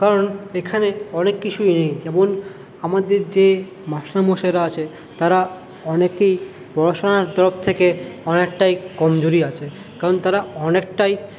কারণ এখানে অনেক কিছুই নেই যেমন আমাদের যে মাস্টারমশাইরা আছে তারা অনেকেই পড়াশোনার তরফ থেকে অনেকটাই কমজোরি আছে কারণ তারা অনেকটাই